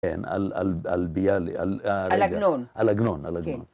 כן, על עגנון